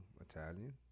Italian